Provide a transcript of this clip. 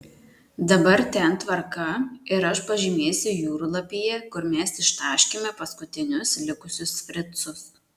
dabar ten tvarka ir aš pažymėsiu jūrlapyje kur mes ištaškėme paskutinius likusius fricus